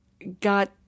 Got